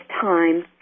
time